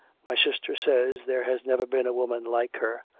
my sister says there has never been a woman like her,